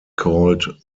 called